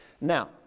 Now